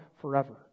forever